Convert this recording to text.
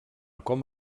com